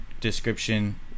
description